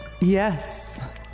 Yes